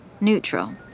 neutral